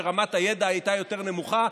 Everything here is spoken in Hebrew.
כשרמת הידע הייתה יותר נמוכה,